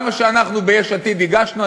גם מה שאנחנו ביש עתיד הגשנו,